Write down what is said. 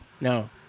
no